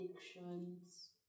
addictions